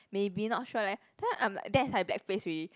maybe not sure leh then I'm like that's like black face already